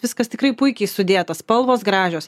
viskas tikrai puikiai sudėta spalvos gražios